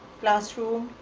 classroom,